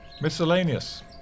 Miscellaneous